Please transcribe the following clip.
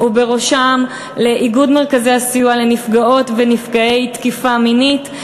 ובראשם לאיגוד מרכזי הסיוע לנפגעות ונפגעי תקיפה מינית.